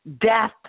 death